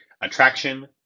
attraction